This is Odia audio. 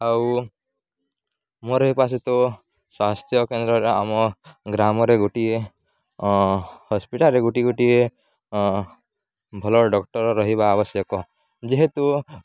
ଆଉ ମୋର ଏ ପାଶେ ତ ସ୍ୱାସ୍ଥ୍ୟ କେନ୍ଦ୍ରରେ ଆମ ଗ୍ରାମରେ ଗୋଟିଏ ହସ୍ପିଟାଲ୍ରେ ଗୋଟିଏ ଗୋଟିଏ ଭଲ ଡ଼ାକ୍ଟର ରହିବା ଆବଶ୍ୟକ ଯେହେତୁ